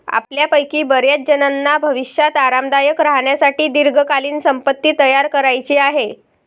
आपल्यापैकी बर्याचजणांना भविष्यात आरामदायक राहण्यासाठी दीर्घकालीन संपत्ती तयार करायची आहे